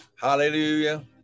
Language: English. Hallelujah